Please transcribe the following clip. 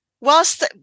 whilst